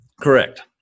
Correct